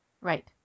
Right